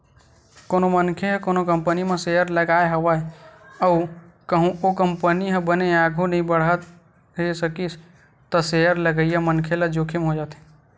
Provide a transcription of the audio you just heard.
कोनो मनखे ह कोनो कंपनी म सेयर लगाय हवय अउ कहूँ ओ कंपनी ह बने आघु नइ बड़हे सकिस त सेयर लगइया मनखे ल जोखिम हो जाथे